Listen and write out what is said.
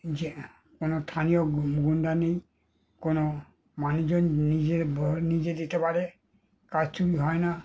যে কোনো স্থানীয় গুন গুন্ডা নেই কোনো মানুষজন নিজের ভোট নিজে দিতে পারে কারচুপি হয় না